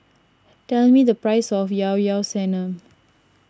tell me the price of Ilao Ilao Sanum